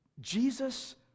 Jesus